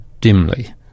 dimly